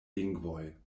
lingvoj